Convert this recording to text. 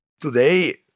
today